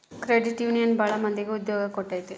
credit union ಭಾಳ ಮಂದಿಗೆ ಉದ್ಯೋಗ ಕೊಟ್ಟೈತಿ